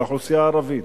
לאוכלוסייה הערבית.